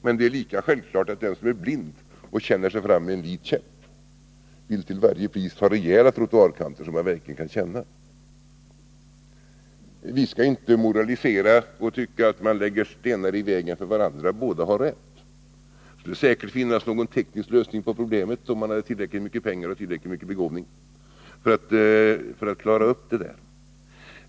Men det är lika självklart att den som är blind och känner sig fram med en vit käpp till varje pris vill ha rejäla trottoarkanter, som man verkligen kan känna. Vi skall inte moralisera och tycka att man lägger stenar i vägen för varandra. Båda har rätt. Det skulle säkert gå att finna någon teknisk lösning på problemet, om man hade tillräckligt mycket pengar och tillräckligt mycket begåvning.